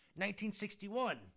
1961